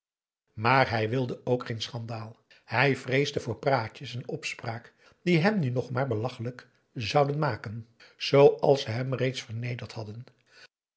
maar hij wilde ook geen schandaal hij vreesde voor praatjes en opspraak die hem nu nog maar belachelijk zouden maken zooals ze hem reeds vernederd hadden